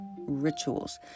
rituals